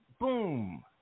boom